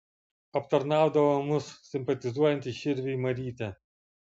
aptarnaudavo mus simpatizuojanti širviui marytė